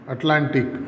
Atlantic